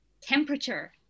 temperature